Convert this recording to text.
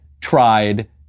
tried